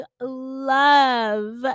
love